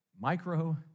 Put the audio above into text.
micro